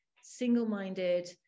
single-minded